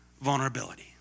vulnerability